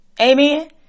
Amen